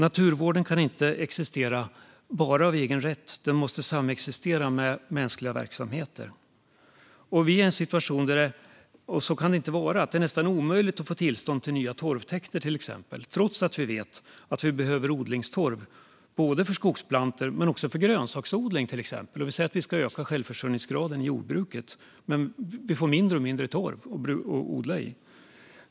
Naturvården kan inte existera bara av egen rätt, utan den måste samexistera med mänskliga verksamheter. Vi är nu i en situation i Sverige att det är nästan omöjligt att få tillstånd till nya torvtäkter. Så kan det inte vara. Detta sker trots att vi vet att det behövs odlingstorv för både skogsplantor och grönsaksodling. Självförsörjningsgraden i jordbruket ska öka, men det finns mindre och mindre torv att odla i.